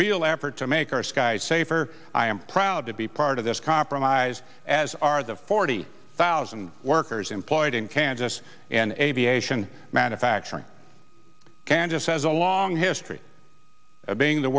real effort to make our skies safer i am proud to be part of this compromise as are the forty thousand workers employed in kansas and aviation manufacturing qantas has a long history of being the